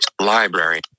library